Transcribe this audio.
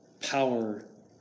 Power